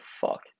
fuck